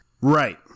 right